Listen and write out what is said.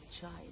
child